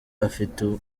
afite